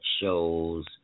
shows